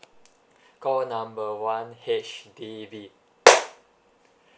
call number one H_D_B